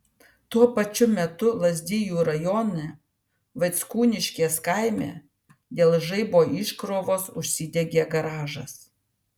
tuo pačiu metu lazdijų rajone vaickūniškės kaime dėl žaibo iškrovos užsidegė garažas